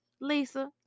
Lisa